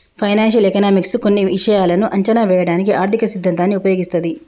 financial economics కొన్ని విషయాలను అంచనా వేయడానికి ఆర్థిక సిద్ధాంతాన్ని ఉపయోగిస్తది